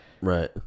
Right